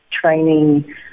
training